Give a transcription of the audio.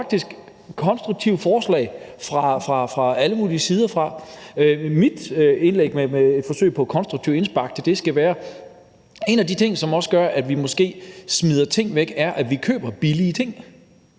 er jo faktisk konstruktive forslag fra alle mulige sider. Mit forsøg på et konstruktivt indspark handler om, at en af de ting, som også gør, at vi måske smider ting væk, er, at vi køber billige ting,